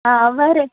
आं बरें